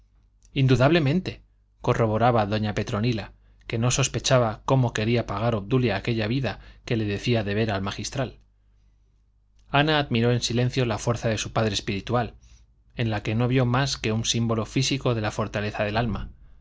indudablemente corroboraba doña petronila que no sospechaba cómo quería pagar obdulia aquella vida que decía deber al magistral ana admiró en silencio la fuerza de su padre espiritual en la que no vio más que un símbolo físico de la fortaleza del alma